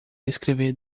escrever